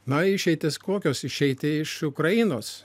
na išeitys kokios išeiti iš ukrainos